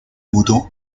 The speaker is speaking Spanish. mudó